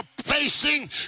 facing